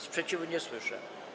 Sprzeciwu nie słyszę.